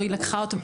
"היא לקחה אותו...".